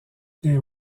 les